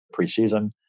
preseason